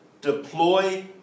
deploy